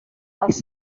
els